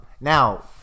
now